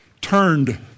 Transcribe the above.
turned